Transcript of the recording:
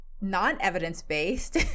non-evidence-based